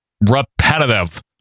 repetitive